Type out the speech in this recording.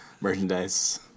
merchandise